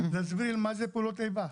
להסביר מה זה פעולות איבה,